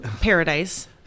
paradise